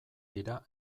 dira